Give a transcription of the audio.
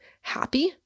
happy